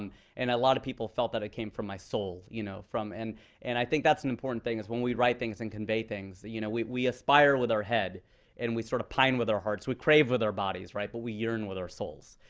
and and a lot of people felt that it came from my soul. you know and and i think that's an important thing, is when we write things and convey things that you know we we aspire with our head and we sort of pine with our hearts. we crave with our bodies, right, but we yearn with our souls.